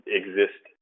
exist